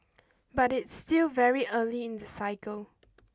but it's still very early in the cycle